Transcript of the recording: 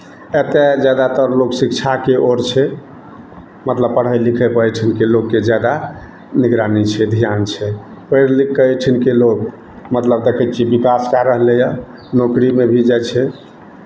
एतय जादातर लोक शिक्षाके ओर छै मतलब पढ़य लिखयपर एहिठिनके लोकके जादा निगरानी छै धियान छै पढ़ि लिखि कऽ एहिठिनके लोक मतलब देखै छियै विकास कए रहलैए नौकरीमे भी जाइ छै